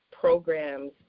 programs